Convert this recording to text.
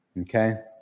Okay